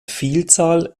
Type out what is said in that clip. vielzahl